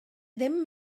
ddim